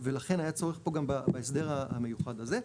ולכן היה צורך פה גם בהסדר המיוחד הזה.